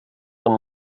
von